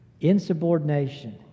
insubordination